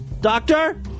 Doctor